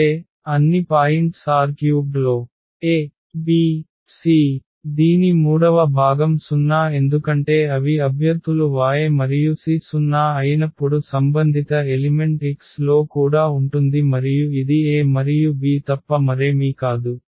అంటే అన్ని points R³ లో a b c దీని మూడవ భాగం 0 ఎందుకంటే అవి అభ్యర్థులు Y మరియు సి 0 అయినప్పుడు సంబంధిత ఎలిమెంట్ X లో కూడా ఉంటుంది మరియు ఇది a మరియు b తప్ప మరేమీ కాదు